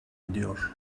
ediyor